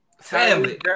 Family